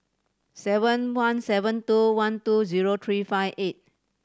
seven one seven two one two zero three five eight